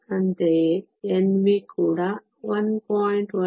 ಅಂತೆಯೇ Nv 1